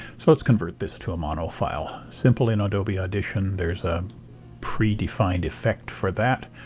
so let's convert this to a mono file simple in adobe audition there's a predefined effect for that.